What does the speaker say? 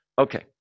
Okay